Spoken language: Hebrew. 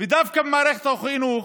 ודווקא במערכת החינוך,